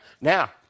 Now